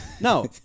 No